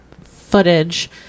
footage